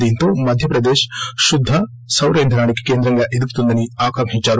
దీంతో మధ్యప్రదేశ్ శుద్గ సార ఇంధనానికి కేంద్రంగా ఎదుగుతుందని ఆకాంకిందారు